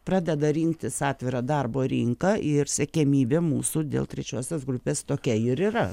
pradeda rinktis atvirą darbo rinką ir siekiamybė mūsų dėl trečiosios grupės tokia ir yra